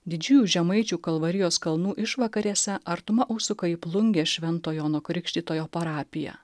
didžiųjų žemaičių kalvarijos kalnų išvakarėse artuma užsuka į plungės švento jono krikštytojo parapiją